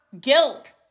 guilt